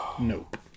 Nope